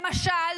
למשל,